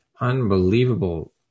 unbelievable